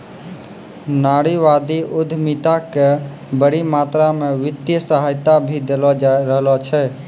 नारीवादी उद्यमिता क बड़ी मात्रा म वित्तीय सहायता भी देलो जा रहलो छै